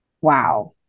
Wow